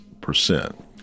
percent